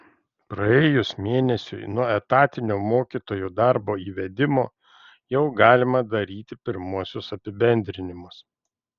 praėjus mėnesiui nuo etatinio mokytojų darbo įvedimo jau galima daryti pirmuosius apibendrinimus